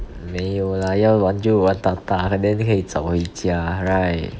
没有啦要玩就玩大大 and then 可以早回家 right